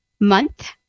month